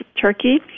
turkey